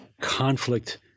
conflict